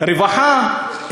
רווחה,